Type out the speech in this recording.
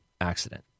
accident